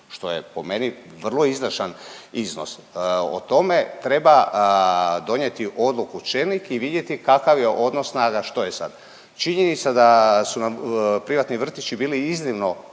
što je po meni vrlo izdašan iznos. O tome treba donijeti odluku čelnik i vidjeti kakav je odnos snaga, što je sad. Činjenica da su nam privatni vrtići bili iznimno